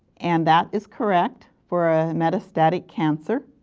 and that is correct for a metastatic cancer.